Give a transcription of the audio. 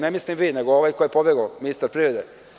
Ne mislim vi, nego ovaj koji je pobegao, ministar privrede.